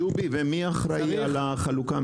ודובי, מי אחראי על החלוקה?